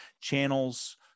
channels